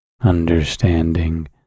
understanding